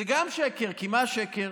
זה גם שקר, מה השקר?